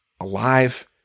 alive